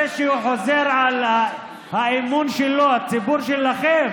זה שהוא חוזר על האמון שלו, שהציבור שלכם